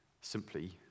simply